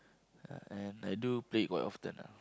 ah and I do play it quite often ah